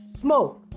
smoke